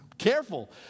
careful